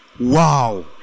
wow